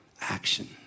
action